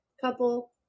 couple